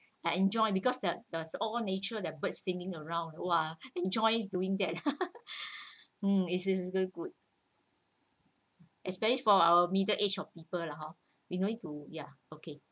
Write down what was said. I enjoy because the the all nature that birds singing around !wah! enjoy doing that um is is very good especially for our middle age of people lah hor you no need to ya okay